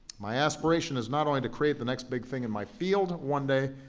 my aspiration is not only to create the next big thing in my field one day,